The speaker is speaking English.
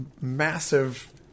massive